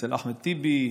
אצל אחמד טיבי,